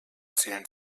zählen